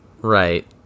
Right